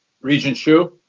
regent hsu?